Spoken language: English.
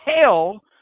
hell